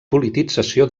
politització